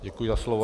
Děkuji za slovo.